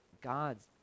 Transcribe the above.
God's